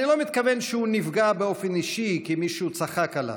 אני לא מתכוון שהוא נפגע באופן אישי כי מישהו צחק עליו,